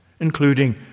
including